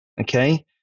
Okay